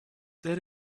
there